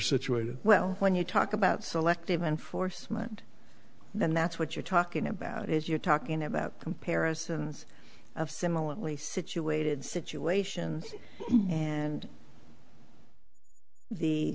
situated well when you talk about selective enforcement then that's what you're talking about is you're talking about comparisons of similarly situated situations and the